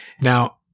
Now